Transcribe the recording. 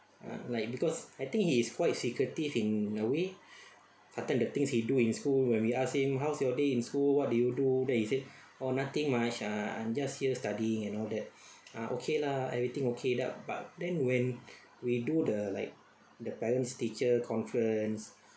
ah like because I think he is quite secretive in a way sometime the things he do in school when we ask him how's your day in school what did you do then he said oh nothing much ah I'm just here studying and all that ah okay lah everything okay that but then when we do the like the parents teacher conference